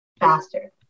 faster